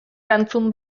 erantzun